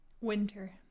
Winter